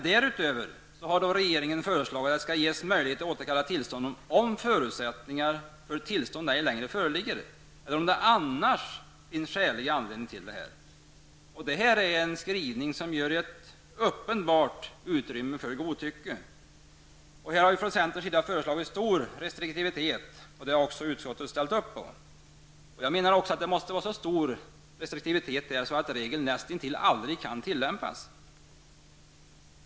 Därutöver har regeringen föreslagit att det skall ges möjlighet att återkalla tillstånd om förutsättningar för tillstånd ej längre föreligger eller om det annars finns skälig anledning att göra det. Detta är någonting som ger uppenbart utrymme för godtycke. Här hade vi i centern föreslagit stor restriktivitet, och det har utskottet ställt sig bakom. Jag menar att det måste vara så stor restriktivitet, att den här regeln nästintill aldrig behöver tillämpas.